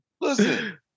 Listen